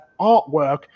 artwork